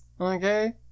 okay